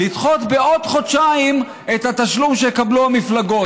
לדחות בעוד חודשיים את התשלום שיקבלו המפלגות.